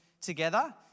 together